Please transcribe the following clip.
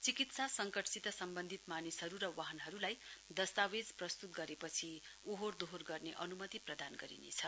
चिकित्सा सङ्कटसित सम्वन्धित मानिसहरु र वाहनहरुलाई आपतसित दस्तावेज प्रस्तुत गरेपछि ओहोर दोहोर गर्ने अनुमति प्रदान गरिनेछ